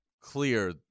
clear